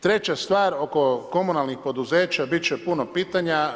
Treća stvar oko komunalnih poduzeća bit će puno pitanja.